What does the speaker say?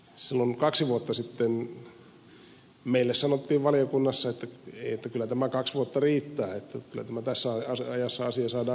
silloin kaksi vuotta sitten meille sanottiin valiokunnassa että kyllä kaksi vuotta riittää kyllä tämä asia tässä ajassa saadaan kuntoon